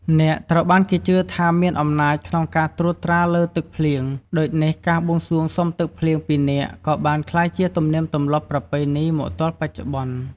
នាគត្រូវបានគេជឿថាមានអំណាចក្នុងការត្រួតត្រាលើទឹកភ្លៀង ដូចនេះការបួងសួងសុំទឹកភ្លៀងពីនាគក៏បានក្លាយជាទំនៀមទម្លាប់ប្រពៃណីមកទល់បច្ចុប្បន្ន។